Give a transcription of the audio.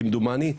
כמדומני,